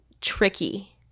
tricky